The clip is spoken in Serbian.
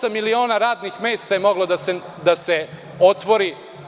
Osam miliona radnih mesta je moglo da se otvori.